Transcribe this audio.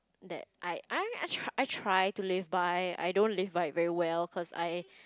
that I I mean I try I try to live by I don't live by it very well cause I